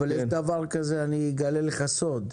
אבל יש דבר כזה, אני אגלה לך סוד,